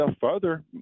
further